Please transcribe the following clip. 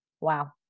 wow